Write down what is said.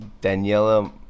Daniela